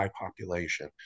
population